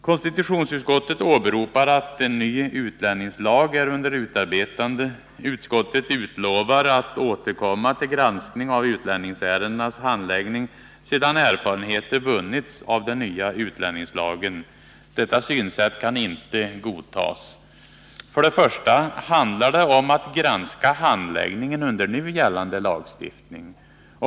Konstitutionsutskottet åberopar att en ny utlänningslag är under utarbetande. Utskottet lovar att återkomma till granskning av utlänningsärendenas handläggning sedan erfarenhet vunnits av den nya utlänningslagen. Detta synsätt kan inte godtas. För det första handlar det om att granska handläggningen under nu gällande lagstiftning.